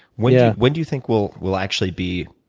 when yeah when do you think we'll we'll actually be